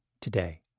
today